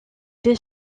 des